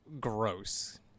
gross